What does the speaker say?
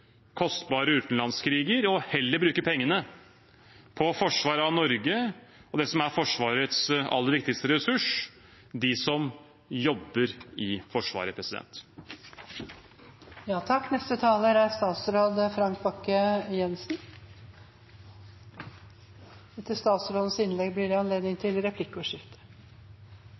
kostbare utenlandskriger og heller bruker pengene på forsvar av Norge og det som er Forsvarets aller viktigste ressurs: de som jobber i Forsvaret. Dette er en viktig dag for Norges forsvarsevne, og jeg er veldig glad for at vi nå har kommet til